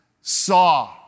saw